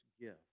gift